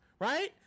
right